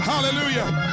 Hallelujah